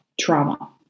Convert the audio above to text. trauma